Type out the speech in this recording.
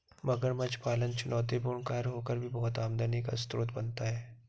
मगरमच्छ पालन चुनौतीपूर्ण कार्य होकर भी बहुत आमदनी का स्रोत बनता है